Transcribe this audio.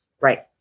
Right